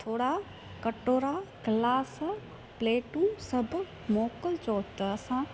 थोरा कटोरा ग्लास प्लेटू सभु मोकिलिजो त असां